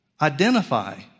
identify